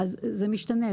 זה משתנה.